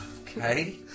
Okay